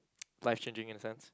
life changing in a sense